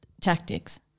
tactics